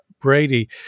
Brady